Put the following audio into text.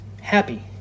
happy